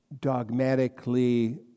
dogmatically